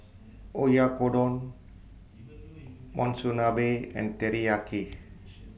Oyakodon Monsunabe and Teriyaki